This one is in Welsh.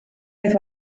oedd